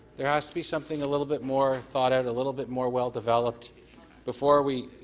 there has to be something a little bit more thought out a little bit more well developed before we you